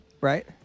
Right